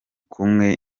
kumwe